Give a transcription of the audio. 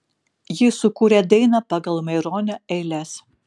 jis sukūrė dainą pagal maironio eiles